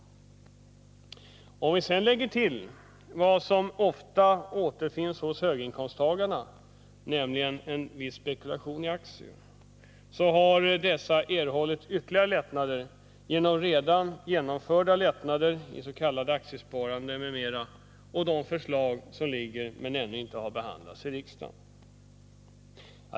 Om vi sedan lägger till vad som ofta återfinns hos höginkomsttagarna, nämligen en viss spekulation i aktier, så har höginkomsttagarna erhållit ytterligare skattesänkningar genom redan genomförda lättnader i s.k. aktiesparande m.m. Ytterligare lättnader återfinns i de förslag som framlagts men ännu inte behandlats i riksdagen.